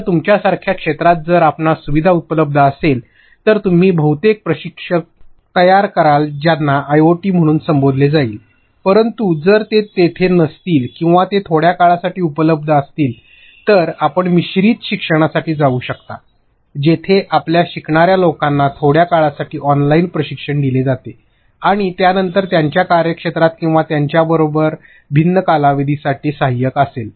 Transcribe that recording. तर तुमच्या सारख्या क्षेत्रात जर आपणास सुविधा उपलब्ध असेल तर तुम्ही बहुतेक प्रशिक्षक तयार कराल ज्यांना आयओटी म्हणून संबोधले जाईल परंतु जर ते तेथे नसतील किंवा ते थोड्या काळासाठी उपलब्ध असतील तर आपण मिश्रित शिक्षणासाठी जाऊ शकता जेथे आपल्या शिकणाऱ्या लोकांना थोड्या काळासाठी ऑनलाइन प्रशिक्षण दिले जाते आणि त्यानंतर त्यांच्या कार्यक्षेत्रात किंवा त्यांच्याबरोबर भिन्न कालावधीसाठी सहाय्यक असेल